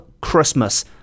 christmas